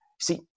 See